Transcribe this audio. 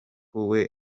wewe